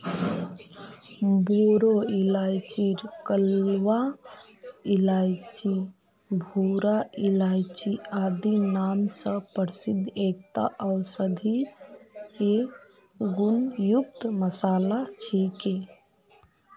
बोरो इलायची कलवा इलायची भूरा इलायची आदि नाम स प्रसिद्ध एकता औषधीय गुण युक्त मसाला छिके